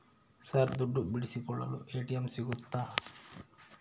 Sir ದುಡ್ಡು ಬಿಡಿಸಿಕೊಳ್ಳಲು ATM ಸಿಗುತ್ತಾ?